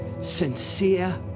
sincere